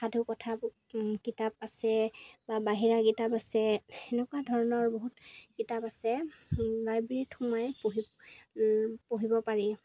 সাধুকথাবোৰৰ কিতাপ আছে বা বাহিৰা কিতাপ আছে এনেকুৱা ধৰণৰ বহুত কিতাপ আছে লাইব্ৰেৰীত সোমাই পঢ়ি পঢ়িব পাৰি